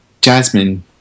jasmine